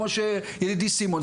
כמו שידידי סימון.